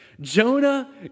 Jonah